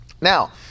Now